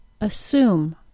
assume